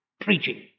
Preaching